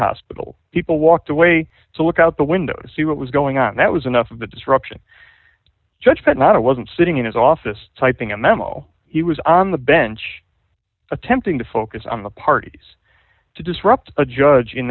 hospital people walked away to look out the window see what was going on that was enough of the disruption judge but not it wasn't sitting in his office typing a memo he was on the bench attempting to focus on the parties to disrupt a judge in